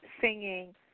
singing